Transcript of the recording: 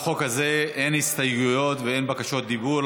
לחוק הזה אין הסתייגויות ואין בקשות דיבור,